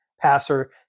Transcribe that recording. passer